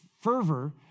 fervor